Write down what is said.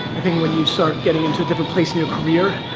i think when you start getting into a different place in your career,